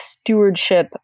stewardship